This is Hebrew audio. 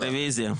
רביזיה.